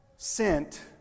sent